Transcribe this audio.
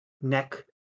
neck